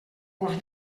gos